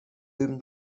whom